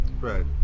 right